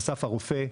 אסף הרופא,